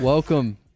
Welcome